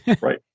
Right